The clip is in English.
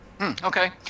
okay